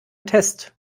test